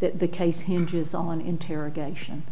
that the case hinges on interrogation